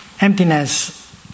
Emptiness